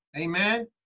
Amen